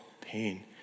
pain